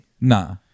Nah